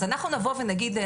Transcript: אז אנחנו נבוא ונגיד,